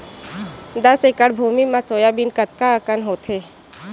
दस एकड़ भुमि म सोयाबीन कतका कन होथे?